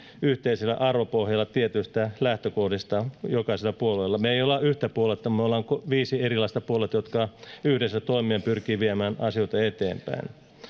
yhteisellä arvopohjalla tietyistä lähtökohdista jokaisella puolueella me emme ole yhtä puoluetta me olemme viisi erilaista puoluetta jotka yhdessä toimien pyrkivät viemään asioita eteenpäin